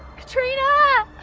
katrina